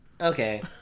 Okay